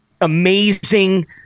amazing